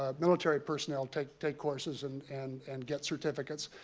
ah military personnel take take courses and and and get certificates.